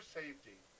safety